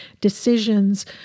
decisions